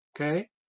Okay